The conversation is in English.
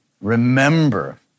remember